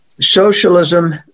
socialism